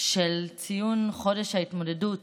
של ציון חודש ההתמודדות